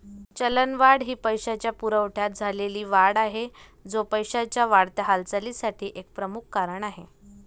चलनवाढ ही पैशाच्या पुरवठ्यात झालेली वाढ आहे, जो पैशाच्या वाढत्या हालचालीसाठी एक प्रमुख कारण आहे